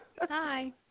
Hi